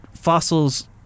fossils